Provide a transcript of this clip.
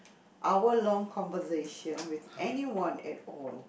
hour long conversation with anyone at all